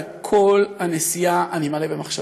וכל הנסיעה אני מלא במחשבות,